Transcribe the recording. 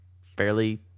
fairly